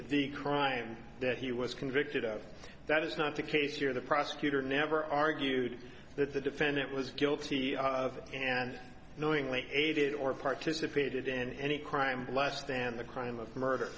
the crime that he was convicted of that is not the case here the prosecutor never argued that the defendant was guilty and knowingly aided or participated in any crime less than the crime of